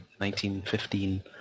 1915